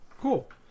cool